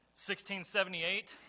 1678